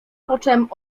poczem